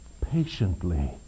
patiently